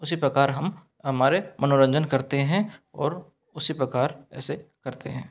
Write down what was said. ऊसी प्रकार हम हमारे मनोरंजन करते हैं और उसी प्रकार ऐसे करते हैं